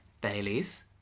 Baileys